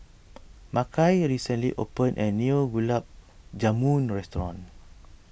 Makai recently opened a new Gulab Jamun restaurant